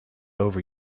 over